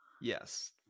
yes